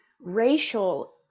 racial